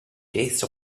taste